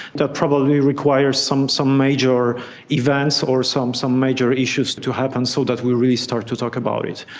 that probably requires some some major events or some some major issues to to happen so that we really start to talk about it.